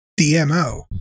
DMO